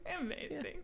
amazing